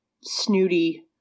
snooty